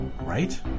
right